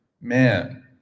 Man